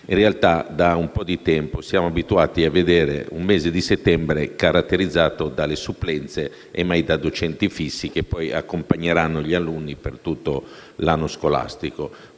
In realtà, da un po' di tempo siamo abituati a vedere un mese di settembre caratterizzato dalle supplenze e mai da docenti fissi, che poi accompagneranno gli alunni per tutto l'anno scolastico.